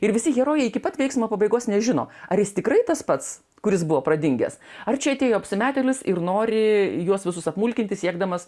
ir visi herojai iki pat veiksmo pabaigos nežino ar jis tikrai tas pats kuris buvo pradingęs ar čia atėjo apsimetėlis ir nori juos visus apmulkinti siekdamas